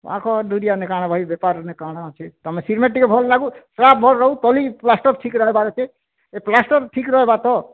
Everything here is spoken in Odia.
କାଣା ଭାଇ ବେପାର୍ରେ କାଣା ଅଛି ତୁମ ସିମେଣ୍ଟ ଭଲ୍ ଲାଗୁ ସ୍ଲାବ୍ ଭଲ୍ ରହୁ ଟ୍ରଲି ପ୍ଲାଷ୍ଟର୍ ଠିକ୍ ରହେବାର୍ ଅଛେ ସ୍ଲାବ୍ ପ୍ଲାଷ୍ଟର୍ ଠିକ୍ ରହେବା ତ